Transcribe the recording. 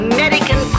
American